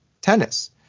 tennis